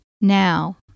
now